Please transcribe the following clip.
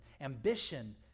ambition